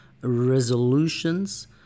resolutions